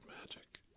magic